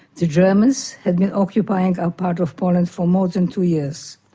the germans had been occupying our part of poland for more than two years.